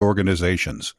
organizations